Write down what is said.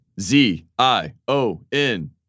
Z-I-O-N